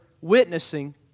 witnessing